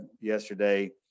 yesterday